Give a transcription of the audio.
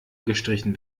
gestrichen